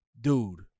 dude